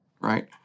right